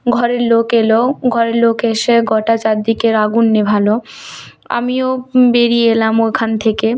ঘরের লোক এলো ঘরের লোক এসে গোটা চারদিকের আগুন নেভালো আমিও বেরিয়ে এলাম ওখান থেকে